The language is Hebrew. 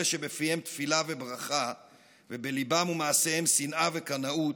אלה שבפיהם תפילה וברכה ובליבם ומעשיהם שנאה וקנאות,